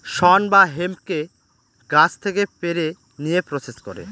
শন বা হেম্পকে গাছ থেকে পেড়ে নিয়ে প্রসেস করে